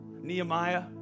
nehemiah